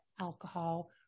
alcohol